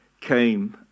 came